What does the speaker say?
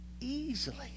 easily